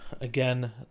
again